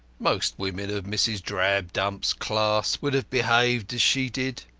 most women of mrs. drabdump's class would have behaved as she did.